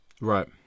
Right